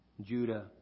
Judah